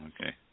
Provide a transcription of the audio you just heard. okay